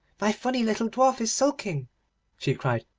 my funny little dwarf is sulking she cried,